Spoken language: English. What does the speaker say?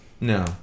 No